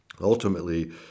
ultimately